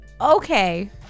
Okay